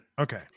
okay